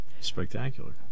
Spectacular